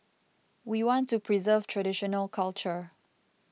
we want to preserve traditional culture